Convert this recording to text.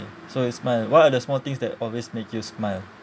so ismail what are the small things that always make you smile